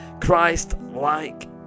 Christ-like